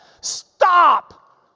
Stop